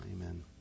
Amen